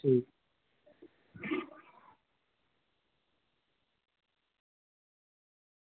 ठीक